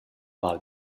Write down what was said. val